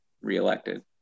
reelected